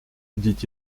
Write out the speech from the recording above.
dit